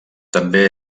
també